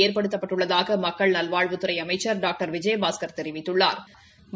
ஏற்படுத்தப்பட்டுள்ளதாக மக்கள் நல்வாழ்வுத்துறை அமைச்சர் டாக்டர் விஐயபாஸ்கர் தெரிவித்துள்ளா்